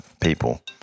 people